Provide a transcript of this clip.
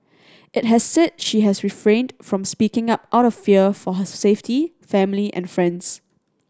it has said she has refrained from speaking up out of fear for her safety family and friends